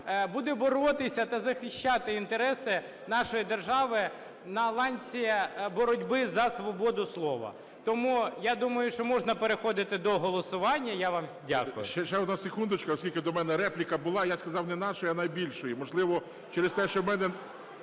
буде боротися та захищати інтереси нашої держави на ланці боротьби за свободу слова. Тому я думаю, що можна переходити до голосування. Я вам дякую. СТЕФАНЧУК Р.О. Ще одна секундочка, оскільки до мене репліка була. Я сказав не "нашої", а "найбільшої". Можливо, через те, що в мене...